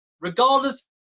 Regardless